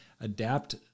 adapt